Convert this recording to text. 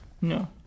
No